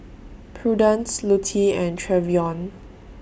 Prudence Lutie and Trevion